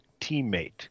teammate